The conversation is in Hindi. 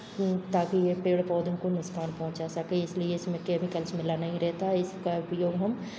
ताकि ये पेड़ पौधों को नुसकान पहुंचा सके इसलिए इसमें केमिकल्स मिला नहीं रहता इसका उपयोग हम